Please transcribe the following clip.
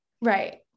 Right